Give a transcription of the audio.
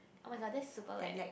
oh-my-god that's super like